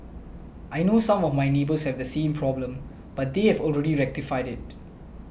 I know some of my neighbours have the same problem but they have already rectified it